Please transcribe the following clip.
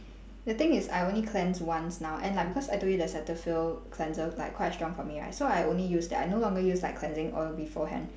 the thing is I only cleanse once now and like because I told you the cetaphil cleanser like quite strong for me right so I only use that I no longer use like cleansing oil beforehand